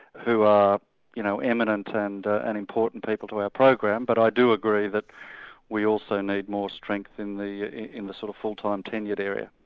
who are you know eminent and ah and important people to our program, but i do agree that we also need more strength in the in the sort of full-time tenured area.